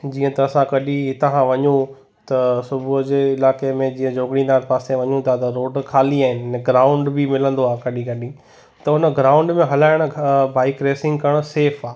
जीअं त असां कॾहिं हितां खां वञु त सुबुह जे इलाइक़े में जीअं जोबड़ी नाथ पासे वञूं था त रोड ख़ाली आहिनि ग्राउंड बि मिलंदो आहे कॾहिं कॾहिं त उन ग्राउंड में हलाइण खां बाइक रेसिंग करणु सेफ आहे